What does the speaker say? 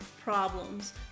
problems